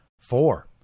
Four